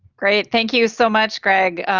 great thank you so much greg,